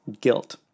guilt